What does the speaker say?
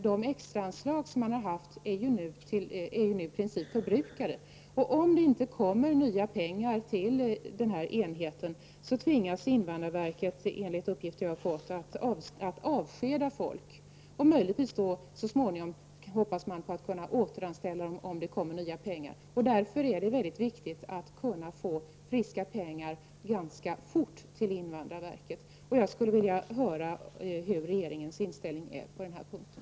De extraanslag man har fått är nu i princip förbrukade, och om det inte kommer nya pengar till denna enhet tvingas invandrarverket, enligt uppgifter som jag har fått, att avskeda folk — möjligtvis kan de så småningom återanställas om det kommer nya pengar. Därför är det viktigt att invandrarverket får friska pengar ganska fort. Jag skulle vilja höra hur regeringens inställning är på den punkten.